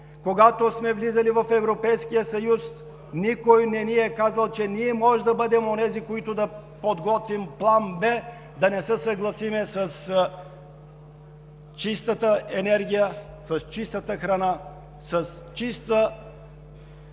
когато сме влизали в Европейския съюз, никой не ни е казал, че ние можем да бъдем онези, които да подготвим План Б, да не се съгласим с чистата енергия, с чистата храна, с чиста околна